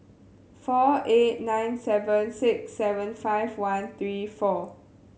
four eight nine seven six seven five one three four